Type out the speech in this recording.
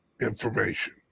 information